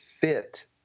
fit